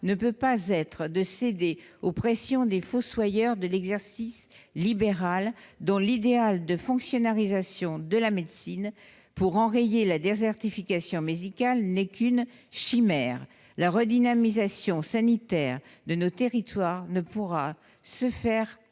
ne peut pas être de céder aux pressions des fossoyeurs de l'exercice libéral, dont l'idéal de fonctionnarisation de la médecine pour enrayer la désertification médicale n'est qu'une chimère. La redynamisation sanitaire de nos territoires ne pourra se faire